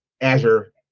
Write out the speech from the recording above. Azure